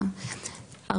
לגבי המענה,